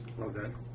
Okay